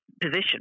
position